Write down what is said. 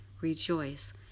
Rejoice